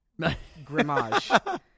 Grimage